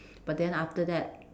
but then after that